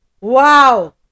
Wow